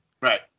Right